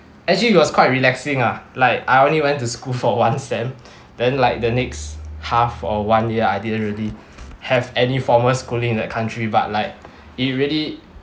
actually it was quite relaxing lah like I only went to school for one sem then like the next half or one year I didn't really have any formal schooling in that country but like it really